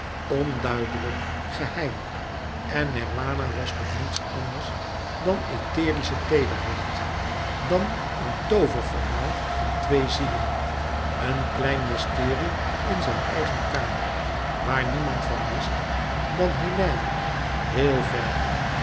onduidelijk geheim en nirwana was nog niets anders dan etherische teederheid dan een tooververhaal van twee zielen een klein mysterie in zijn eigen kamer waar niemand van wist dan hélène heel ver